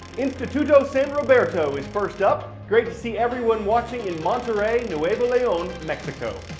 instituto san robert so is first up. great to see everyone watching in monterrey, nuevo leon, mexico.